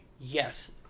yes